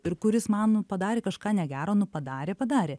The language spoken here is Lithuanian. ir kuris man padarė kažką negero nu padarė padarė